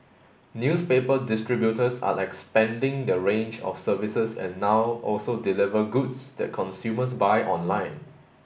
newspaper distributors are expanding their range of services and now also deliver goods that consumers buy online